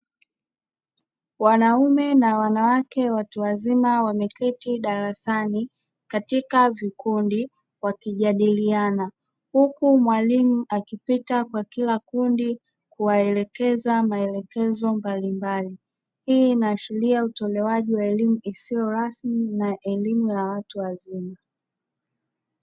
Wanaume na wanawake watu wazima wameketi darasani katika vikundi wakijadiliana, huku mwalimu akipita kwa kila kundi kuwaelekeza maelekezo mbalimbali, hii inaashiria utoalewaji wa elimu isiyo rasmi na elimu ya watu wazima.